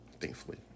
thankfully